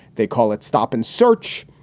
they call it stop and search.